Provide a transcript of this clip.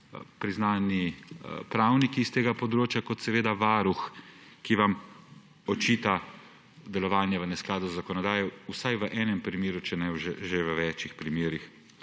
priznani pravniki s tega področja, kot seveda varuh, ki vam očita delovanje v neskladju z zakonodajo vsaj v enem primeru, če ne že v več primerih.